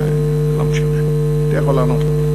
זה לא משנה, אתה יכול לענות לו.